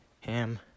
ham